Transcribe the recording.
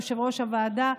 יושב-ראש הוועדה,